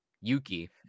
Yuki